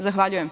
Zahvaljujem.